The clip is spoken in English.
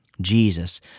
Jesus